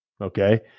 okay